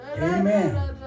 Amen